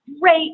great